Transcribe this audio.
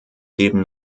leben